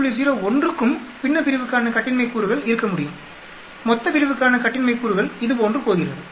01 க்கும் பின்னப்பிரிவுக்கான கட்டின்மை கூறுகள் இருக்க முடியும் மொத்தப்பிரிவுக்கான கட்டின்மை கூறுகள் இதுபோன்று போகிறது